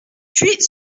puis